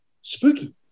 spooky